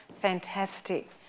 Fantastic